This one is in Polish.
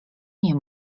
nie